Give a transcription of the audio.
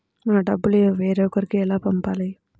మన డబ్బులు వేరొకరికి ఎలా పంపాలి?